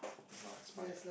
hope is not expired